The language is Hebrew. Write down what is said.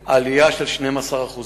נרשמה עלייה של 12%